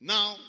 Now